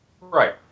Right